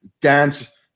dance